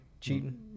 cheating